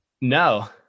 No